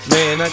Man